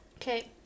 okay